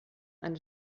eine